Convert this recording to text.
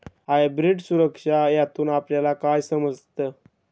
Hybrid सुरक्षा यातून आपल्याला काय समजतं?